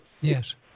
Yes